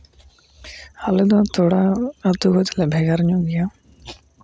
ᱟᱞᱮ ᱫᱚ ᱛᱷᱚᱲᱟ ᱟᱛᱳ ᱠᱷᱚᱡ ᱫᱚᱞᱮ ᱵᱷᱮᱜᱟᱨ ᱧᱚᱜ ᱜᱮᱭᱟ